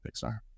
Pixar